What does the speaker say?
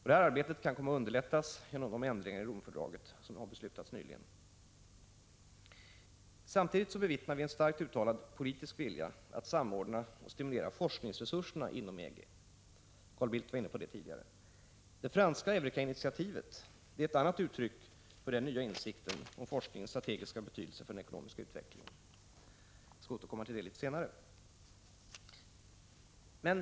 Detta arbete kan komma att underlättas genom de ändringar i Romfördraget som nyligen har beslutats. Samtidigt bevittnar vi en starkt uttalad politisk vilja att samordna och stimulera forskningsresurserna inom EG. Carl Bildt berörde detta tidigare. Det franska Eurekarinitiativet är ett annat uttryck för den nya insikten om forskningens strategiska betydelse för den ekonomiska utvecklingen. Jag återkommer till detta litet senare.